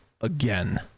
again